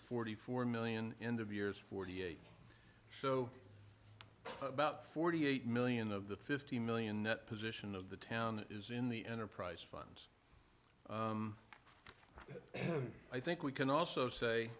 forty four million and of years forty eight so about forty eight million of the fifty million net position of the town is in the enterprise funds i think we can also say